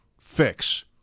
fix